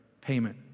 payment